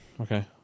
Okay